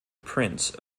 prints